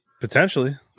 Potentially